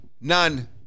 None